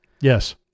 Yes